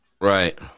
Right